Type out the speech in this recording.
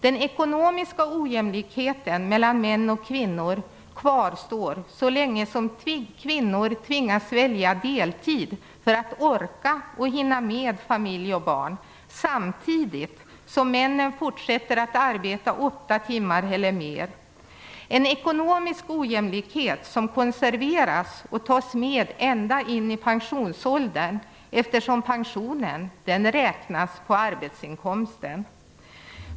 Den ekonomiska ojämlikheten mellan män och kvinnor kvarstår så länge kvinnor tvingas välja att arbeta deltid för att orka och hinna med familj och barn samtidigt som männen fortsätter att arbeta åtta timmar eller mer. Det är en ekonomisk ojämlikhet som konserveras och tas med ända in i pensionsåldern, eftersom pensionen beräknas på arbetsinkomsten.